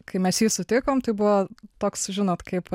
kai mes jį sutikom tai buvo toks žinot kaip